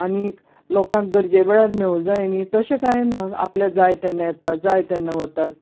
आनीक लोकांक गरजे वेळार मेळूं जाय न्ही तशे काय ना आपल्याक जाय तेन्ना येतात जाय तेन्ना वतात